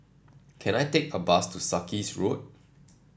can I take a bus to Sarkies Road